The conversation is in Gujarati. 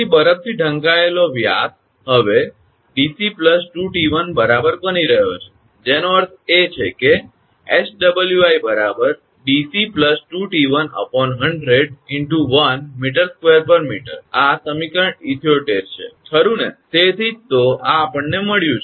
તેથી બરફથી ઢંકાયેલો વ્યાસ હવે 𝑑𝑐 2𝑡1 બરાબર બની રહ્યો છે જેનો અર્થ છે 𝑆𝑤𝑖 𝑑𝑐 2𝑡1 100 × 1 𝑚2 𝑚 આ સમીકરણ 78 છે ખરુ ને તેથી જ તો આ આપણને મળ્યું